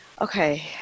Okay